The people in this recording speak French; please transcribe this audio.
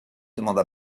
demanda